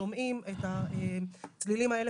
שומעים את הצלילים האלה,